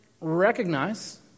recognize